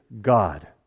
God